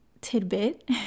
tidbit